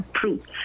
fruits